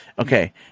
Okay